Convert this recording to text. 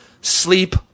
sleep